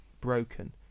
broken